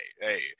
Hey